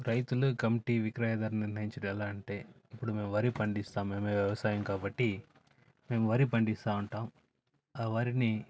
రైతులు గమ్ టీ విక్రయధర నిర్ణయించడం ఎలా అంటే ఇప్పుడు మేము వరి పండిస్తాం మేమే వ్యవసాయం కాబట్టి మేం వరి పండిస్తూ ఉంటాం ఆ వరిని